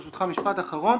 ברשותך משפט אחרון.